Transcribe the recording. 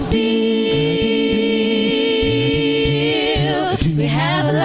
ie had